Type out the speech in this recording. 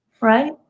Right